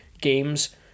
games